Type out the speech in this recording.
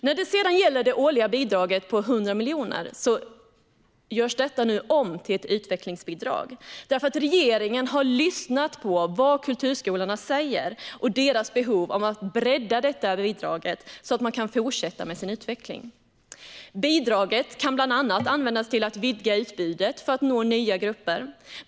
När det sedan gäller det årliga bidraget på 100 miljoner görs det nu om till ett utvecklingsbidrag därför att regeringen har lyssnat på vad kulturskolorna säger och tagit hänsyn till deras behov av att bredda bidraget så att de kan fortsätta sin utveckling. Bidraget kan bland annat användas till att vidga utbudet för att nå nya grupper.